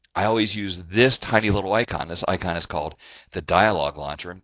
i always use this tiny little icon. this icon is called the dialog launcher.